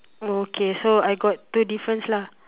oh okay so I got two difference lah